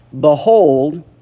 behold